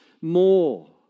more